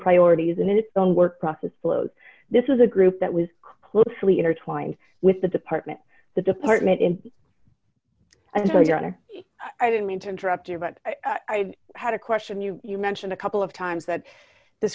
priorities in its own work process flows this was a group that was closely intertwined with the department the department and i'm sorry your honor i didn't mean to interrupt you but i had a question you you mentioned a couple of times that th